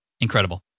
Incredible